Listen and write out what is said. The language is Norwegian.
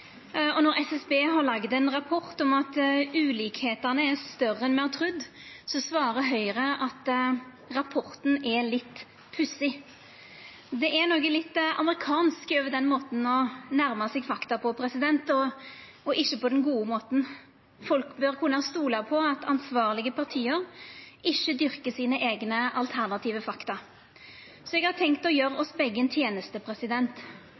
og når SSB har laga ein rapport om at ulikskapane er større enn me hadde trudd, svarar Høgre at rapporten er litt pussig. Det er noko litt amerikansk over måten å nærma seg fakta på, og ikkje på den gode måten. Folk bør kunna stola på at ansvarlege parti ikkje dyrkar sine eigne alternative fakta. Eg har tenkt å gjera oss begge ei teneste.